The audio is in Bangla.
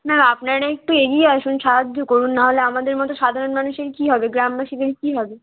না না আপনারা একটু এগিয়ে আসুন সাহায্য করুন না হলে আমাদের মতো সাধারণ মানুষের কী হবে গ্রামবাসীদের কী হবে